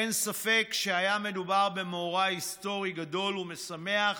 אין ספק שהיה מדובר במאורע היסטורי גדול ומשמח,